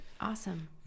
Awesome